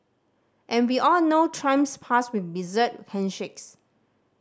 and we all know Trump's past with bizarre handshakes